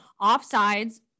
offsides